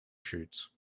shoots